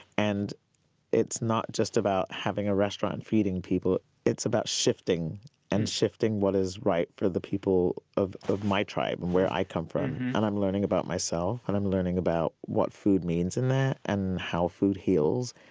and it's not just about having a restaurant and feeding people it's about shifting and shifting what is right for the people of of my tribe and where i come from. and i'm learning about myself and i'm learning about what food means in that, and how food heals,